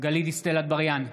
גלית דיסטל אטבריאן,